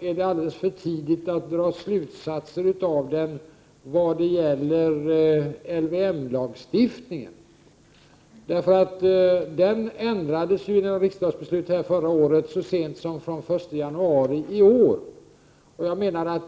är alldeles för tidigt att dra slutsatser av den när det gäller LVM-lagstiftningen. Den ändrades, genom riksdagsbeslut förra året, så sent som den 1 januari i år.